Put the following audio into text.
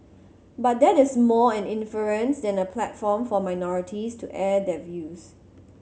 but that is more an inference than a platform for minorities to air their views